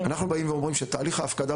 אנחנו באים ואומרים שתהליך ההפקדה